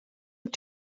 wyt